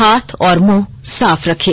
हाथ और मुंह साफ रखें